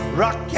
rock